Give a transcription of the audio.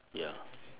ya